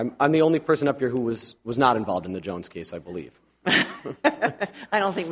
i'm i'm the only person up here who was was not involved in the jones case i believe i don't think